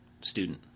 student